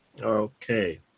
okay